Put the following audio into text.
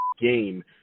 game